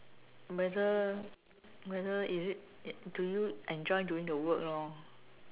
whether whether is it do you enjoy doing the work lor